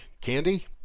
candy